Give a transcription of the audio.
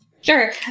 Sure